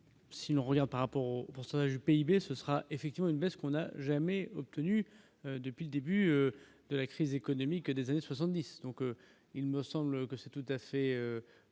si l'on regarde par rapport au pourcentage du PIB, ce sera effectivement une baisse qu'on n'a jamais obtenu depuis le début de la crise économique des années 70, donc il me semble que c'est tout à fait